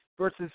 versus